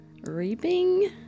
reaping